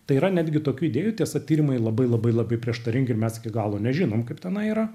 tai yra netgi tokių idėjų tiesa tyrimai labai labai labai prieštaringi ir mes iki galo nežinom kaip tenai yra